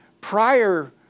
prior